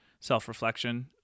self-reflection